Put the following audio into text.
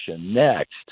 Next